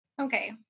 Okay